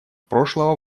прошлого